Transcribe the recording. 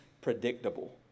predictable